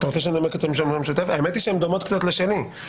אנחנו נמצאים בדיון בהצעת חוק לפקודת סדר הדין הפלילי